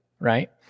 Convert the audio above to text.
right